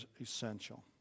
essential